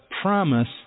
promise